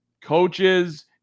coaches